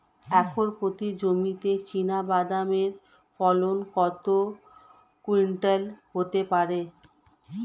Acre প্রতি জমিতে চীনাবাদাম এর ফলন কত কুইন্টাল হতে পারে?